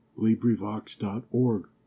LibriVox.org